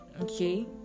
okay